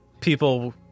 people